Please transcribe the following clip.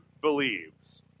believes